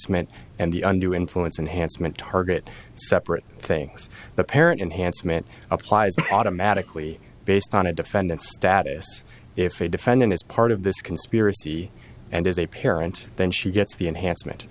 meant and the under influence enhanced meant target separate things the parent enhanced meant applies automatically based on a defendant status if a defendant is part of this conspiracy and is a parent then she gets the enhancement